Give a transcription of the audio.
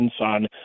on